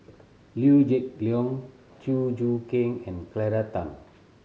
Liew Geok Leong Chew Choo Keng and Claire Tham